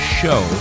show